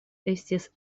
estis